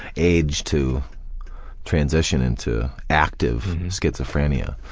age to transition into active schizophrenia.